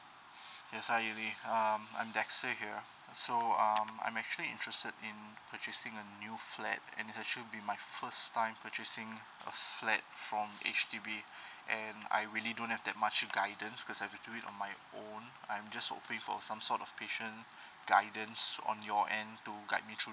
yes hi lily uh I'm dexter here so um I'm actually interested in purchasing a new flat and it actually be my first time purchasing a flat from H_D_B and I really don't have that much of guidance because I have to do it on my own I'm just hoping for some sort of patient guidance on your end to guide me through